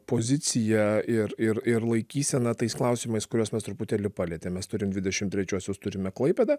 pozicija ir ir ir laikysena tais klausimais kuriuos mes truputėlį palietėm mes turim dvidešim trečiuosius turime klaipėdą